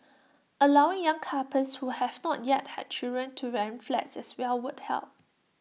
allowing young couples who have not yet had children to rent flats as well would help